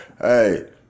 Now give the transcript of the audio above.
hey